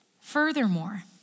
Furthermore